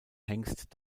hengst